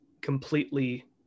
completely